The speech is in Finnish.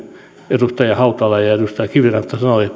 edustaja hautala ja edustaja kiviranta